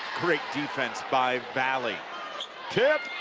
great defense by valley tipped